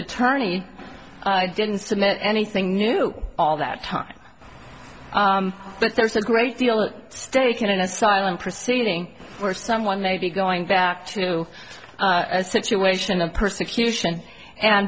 attorney didn't submit anything new all that time but there's a great deal of stake in an asylum proceeding where someone may be going back to a situation of persecution and